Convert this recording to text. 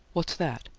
what's that?